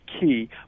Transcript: key